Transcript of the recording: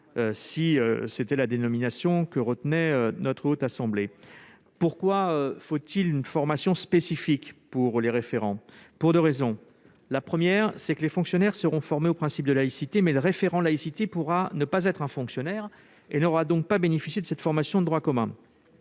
si telle est la dénomination retenue par notre Haute Assemblée. Pourquoi faudrait-il une formation spécifique pour ces référents ? Pour deux raisons. La première est que les fonctionnaires seront formés aux principes de laïcité, mais que le référent laïcité pourra ne pas être un fonctionnaire et pourrait donc ne pas avoir bénéficié de cette formation de droit commun.